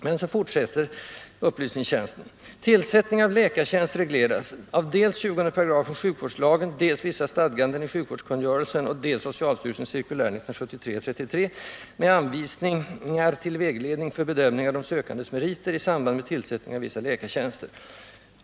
Men så fortsätter upplysningstjänsten: ”Tillsättning av läkartjänst regleras av dels 20 § sjukvårdslagen, dels vissa stadganden i sjukvårdskungörelsen och dels socialstyrelsens cirkulär 1973:33 med anvisningar till vägledning för bedömning av de sökandes meriter i samband med tillsättning av vissa läkartjänster.